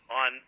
on